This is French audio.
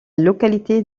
localité